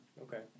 Okay